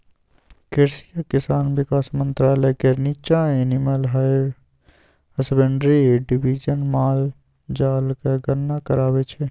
कृषि आ किसान बिकास मंत्रालय केर नीच्चाँ एनिमल हसबेंड्री डिबीजन माल जालक गणना कराबै छै